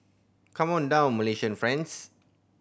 come on down Malaysian friends